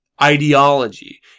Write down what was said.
ideology